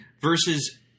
Versus